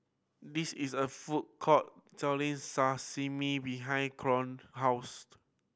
this is a food court selling Sashimi behind Cohen house